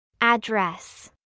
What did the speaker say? Address